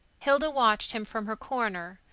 hilda watched him from her corner,